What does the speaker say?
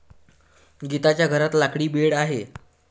गीताच्या घरात लाकडी बेड आहे